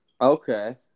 Okay